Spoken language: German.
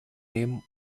nehmen